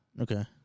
Okay